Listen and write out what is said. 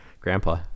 Grandpa